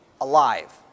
alive